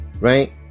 Right